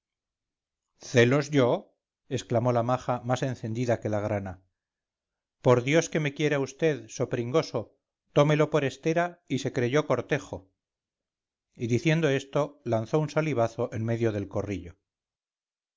yo exclamó la maja más encendida que la grana por dios que me quiera vd so pringoso tomelo por estera y se creyó cortejo y diciendo esto lanzó un salivazo en medio del corrillo